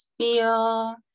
Feel